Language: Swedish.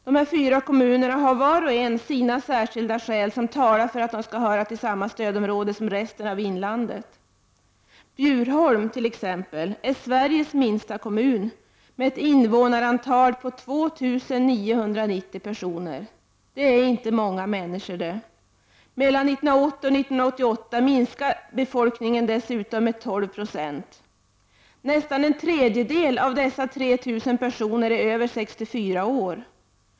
Dessa fyra kommuner har var och en sina särskilda skäl som talar för att de skall höra till samma stödområde som resten av inlandet. Bjurholm är Sveriges minsta kommun med ett invånarantal på 2 990 — det är inte många människor. Mellan 1980 och 1988 minskade befolkningen dessutom med 12 90. Nästan en tredjedel av de 3 000 personerna är över 64 år.